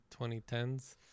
2010s